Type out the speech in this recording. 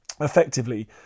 effectively